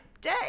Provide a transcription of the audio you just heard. day